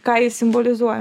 ką jis simbolizuoja